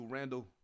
Randall